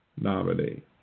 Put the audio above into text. nominee